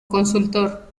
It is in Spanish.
consultor